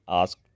ask